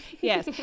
yes